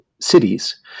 cities